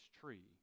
tree